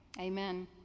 Amen